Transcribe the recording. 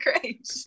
great